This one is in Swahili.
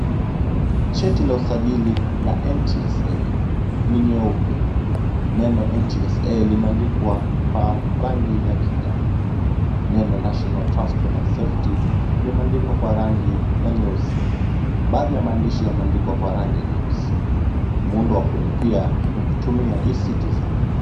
Cheti cha usajili cha NTSA ni nyeupe, neno NTSA limeandikwa kwa rangi ya kijani, neno National Transport and Safety limeandikwa kwa rangi ya nyeusi, baadhi ya maandishi yameandikwa kwa rangi ya nyeusi, muundo wa kulipia ni kutumia ,[cs0eCitizen .